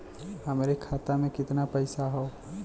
हमरे खाता में कितना पईसा हौ?